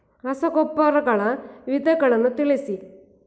ರಸಗೊಬ್ಬರಗಳ ವಿಧಗಳನ್ನು ತಿಳಿಸಿ?